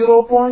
0